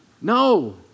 no